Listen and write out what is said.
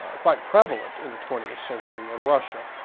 ah quite prevalent in the twentieth century in russia,